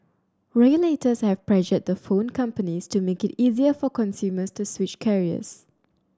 regulators have pressured the phone companies to make it easier for consumers to switch carriers